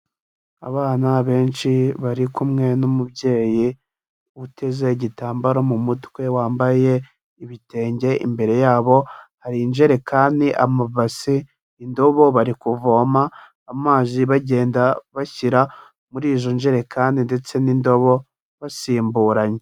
Abana benshi bari kumwe n'umubyeyi uteze igitambaro mu mutwe wambaye ibitenge, imbere yabo hari injerekani, amabase, indobo, bari kuvoma amazi bagenda bashyira muri izo njerekani ndetse n'indobo basimburanya.